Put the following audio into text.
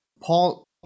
Paul